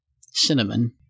Cinnamon